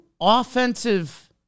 offensive